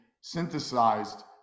synthesized